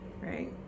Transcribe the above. right